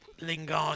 Lingard